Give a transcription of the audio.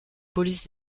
polices